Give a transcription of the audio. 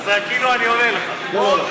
אז זה כאילו אני עונה לך, נכון?